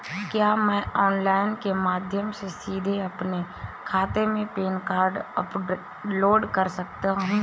क्या मैं ऑनलाइन के माध्यम से सीधे अपने खाते में पैन कार्ड अपलोड कर सकता हूँ?